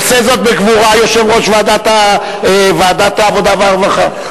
עושה זאת בגבורה יושב-ראש ועדת העבודה והרווחה.